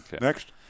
Next